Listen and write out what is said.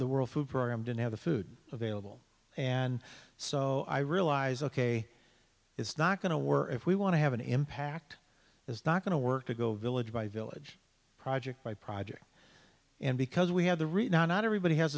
the world food program didn't have the food available and so i realized ok it's not going to worry if we want to have an impact is not going to work to go village by village project by project and because we have the reach not everybody has